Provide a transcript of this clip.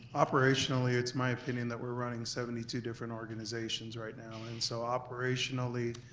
operationally, it's my opinion that we're running seventy two different organizations right now. and so operationally,